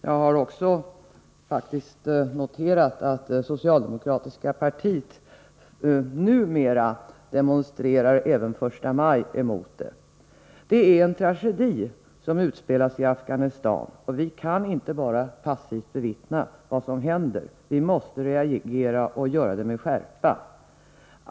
Jag har faktiskt också noterat att det socialdemokratiska partiet numera demonstrerar även första maj emot detta angrepp. Det är en tragedi som utspelas i Afghanistan, och vi kan inte bara passivt bevittna vad som händer. Vi måste reagera, och göra det med skärpa.